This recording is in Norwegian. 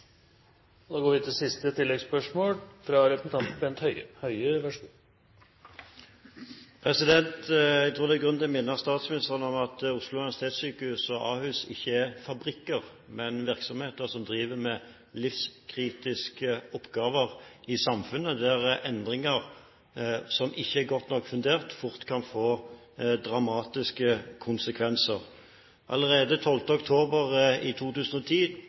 Bent Høie – til oppfølgingsspørsmål. Jeg tror det er grunn til å minne statsministeren om at Oslo universitetssykehus og Ahus ikke er fabrikker, men virksomheter som driver med livskritiske oppgaver i samfunnet, der endringer som ikke er godt nok fundert, fort kan få dramatiske konsekvenser. Allerede 12. oktober i 2010